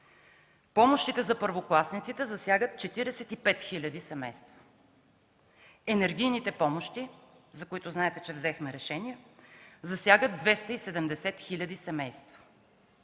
помощите за първокласниците засягат 45 хиляди семейства; енергийните помощи, за които знаете, че взехме решение, засягат 270 хиляди семейства;